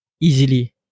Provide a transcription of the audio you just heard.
easily